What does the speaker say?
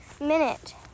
minute